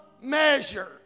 measure